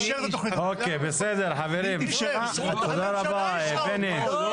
תוכנית המתאר היא צבע